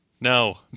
No